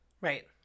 Right